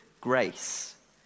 grace